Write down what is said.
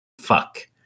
fuck